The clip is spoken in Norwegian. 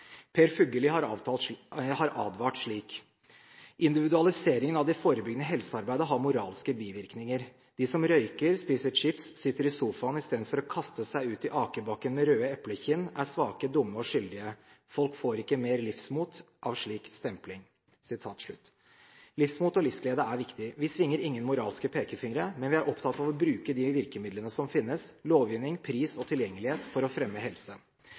Per Fugelli har advart slik: individualiseringen av det forebyggende helsearbeidet har moralske bivirkninger. De som røyker, spiser chips og sitter i sofaen i stedet for å kaste seg ut i akebakken med røde eplekinn, er svake, dumme og skyldige. Folk får ikke mer livsmot av slik stempling.» Livsmot og livsglede er viktig. Vi svinger ingen moralske pekefingre, men vi er opptatt av å bruke de virkemidlene som finnes – lovgivning, pris og tilgjengelighet – for å fremme helse.